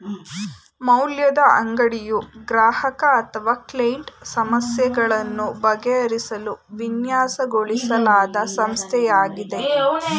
ಮೌಲ್ಯದ ಅಂಗಡಿಯು ಗ್ರಾಹಕ ಅಥವಾ ಕ್ಲೈಂಟ್ ಸಮಸ್ಯೆಗಳನ್ನು ಬಗೆಹರಿಸಲು ವಿನ್ಯಾಸಗೊಳಿಸಲಾದ ಸಂಸ್ಥೆಯಾಗಿದೆ